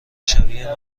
شبیه